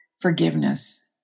forgiveness